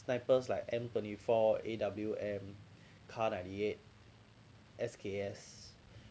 snipers like M twenty four A_W_M K_A_R ninety eight S_K_S